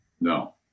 No